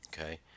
Okay